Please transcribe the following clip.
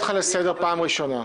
אז בסדר, היו מעירים לו מבחינה אתית,